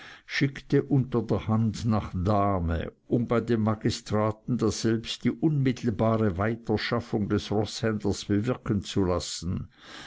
schickte unterderhand nach dahme um bei dem magistrat daselbst die unmittelbare weiterschaffung des roßhändlers bewirken zu lassen